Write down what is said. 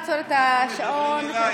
את ההמנון.